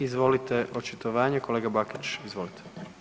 Izvolite očitovanje kolega Bakić, izvolite.